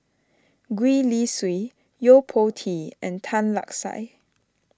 Gwee Li Sui Yo Po Tee and Tan Lark Sye